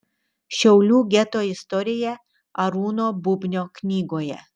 šiaulių geto istorija arūno bubnio knygoje